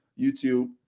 YouTube